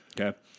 Okay